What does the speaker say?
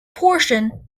portion